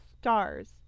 stars